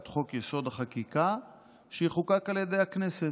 חוק-יסוד: החקיקה שיחוקק על ידי הכנסת.